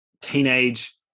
teenage